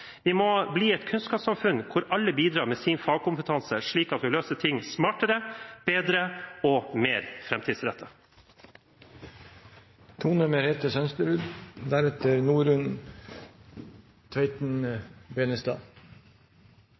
Vi må bli et kunnskapssamfunn hvor alle bidrar med sin fagkompetanse, slik at vi løser ting smartere, bedre og mer